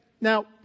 Now